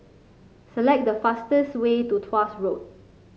select the fastest way to Tuas Road